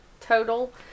total